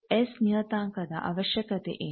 S ನಿಯತಾಂಕದ ಅವಶ್ಯಕತೆ ಏನು